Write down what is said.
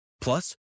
Plus